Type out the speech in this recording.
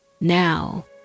Now